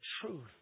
truth